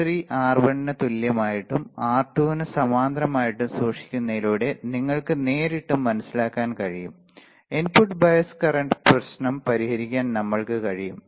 R3 R1 ന് തുല്യമായിട്ടും R2 ന് സമാന്തരമായിട്ടും സൂക്ഷിക്കുന്നതിലൂടെ നിങ്ങൾക്ക് നേരിട്ട് മനസിലാക്കാൻ കഴിയും ഇൻപുട്ട് ബയസ് കറന്റ് പ്രശ്നം പരിഹരിക്കാൻ നമ്മൾക്ക് കഴിയും